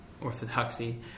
orthodoxy